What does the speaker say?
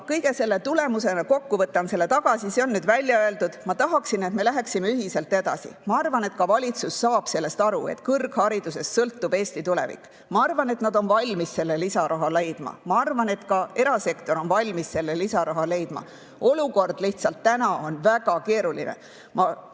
kõige selle tulemusena – võtan kokku, see on nüüd välja öeldud – ma tahaksin, et me läheksime ühiselt edasi. Ma arvan, et ka valitsus saab sellest aru, et kõrgharidusest sõltub Eesti tulevik. Ma arvan, et nad on valmis selle lisaraha leidma. Ma arvan, et ka erasektor on valmis selle lisaraha leidma. Olukord lihtsalt täna on väga keeruline. Ma tõesti ei julge – isegi kui ma